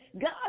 God